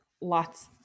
lots